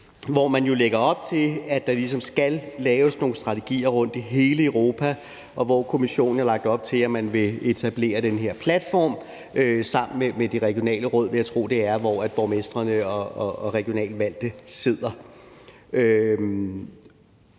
hvor man lægger op til, at der ligesom skal laves nogle strategier rundtomkring i hele Europa, og hvor Kommissionen har lagt op til, at man vil etablere den her platform sammen med de regionale råd – vil jeg tro det er – hvor borgmestrene og de regionalt valgte sidder.